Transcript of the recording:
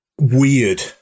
weird